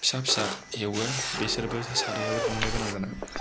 फिसा फिसा एवो बिसोरबोसो सारायआव दुंनोगोनां जानांगौ